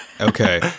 Okay